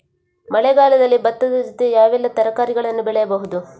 ಮಳೆಗಾಲದಲ್ಲಿ ಭತ್ತದ ಜೊತೆ ಯಾವೆಲ್ಲಾ ತರಕಾರಿಗಳನ್ನು ಬೆಳೆಯಬಹುದು?